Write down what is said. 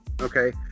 Okay